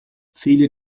viele